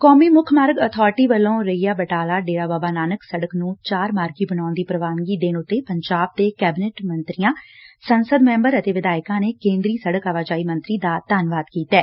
ਕੌਮੀ ਮੁੱਖ ਮਾਰਗ ਅਬਾਰਟੀ ਵੱਲੋਂ ਰਈਆ ਬਟਾਲਾ ਡੇਰਾ ਬਾਬਾ ਨਾਨਕ ਸੜਕ ਨੂੰ ਚਾਰ ਮਾਰਗੀ ਬਣਾਉਣ ਦੀ ਪ੍ਵਾਨਗੀ ਦੇਣ ਉਂਤੇ ਪੰਜਾਬ ਦੇ ਕੈਬਨਿਟ ਮੰਤਰੀਆਂ ਸੰਸਦ ਮੈਂਬਰ ਅਤੇ ਵਿਧਾਇਕਾਂ ਨੇ ਕੇਂਦਰੀ ਸੜਕ ਆਵਾਜਾਈ ਮੰਤਰੀ ਦਾ ਧੰਨਵਾਦ ਕੀਤੈ